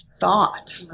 thought